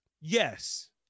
Yes